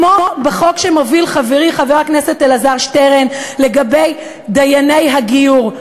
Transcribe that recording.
כמו בחוק שמוביל חברי חבר הכנסת אלעזר שטרן לגבי דייני הגיור,